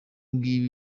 ngibi